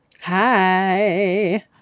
Hi